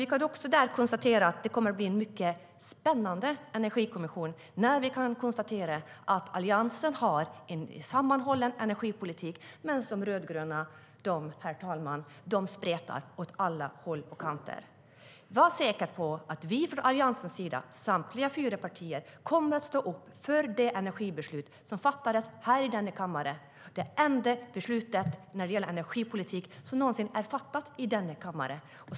Vi kan konstatera att det i så fall kommer att bli en mycket spännande energikommission eftersom vi från Alliansen har en sammanhållen energipolitik medan de rödgröna, herr talman, spretar åt alla håll och kanter. Sven-Olof Sällström kan vara säker på att vi från Alliansens sida, samtliga fyra partier, kommer att stå upp för det energibeslut som har fattats i denna kammare, det enda beslut gällande energipolitik som någonsin har fattats här.